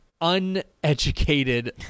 uneducated